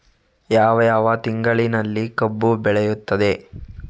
ಯಾವ ಯಾವ ತಿಂಗಳಿನಲ್ಲಿ ಕಬ್ಬು ಬೆಳೆಯುತ್ತದೆ?